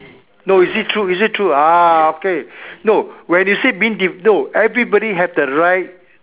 no is it true is it true ah okay no when you say being d~ no everybody have the right